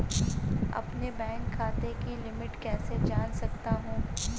अपने बैंक खाते की लिमिट कैसे जान सकता हूं?